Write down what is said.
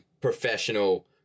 professional